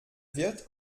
wird